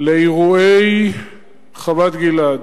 לאירועי חוות-גלעד.